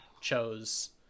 chose